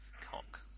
Cock